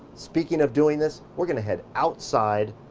speaking of doing this, we're gonna head outside.